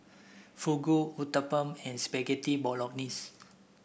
Fugu Uthapam and Spaghetti Bolognese